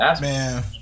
Man